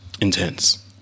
intense